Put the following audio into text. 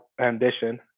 ambition